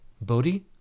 Bodhi